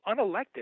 unelected